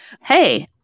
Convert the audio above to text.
hey